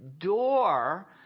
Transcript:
door